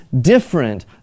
different